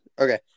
Okay